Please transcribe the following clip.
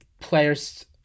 players